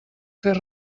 fer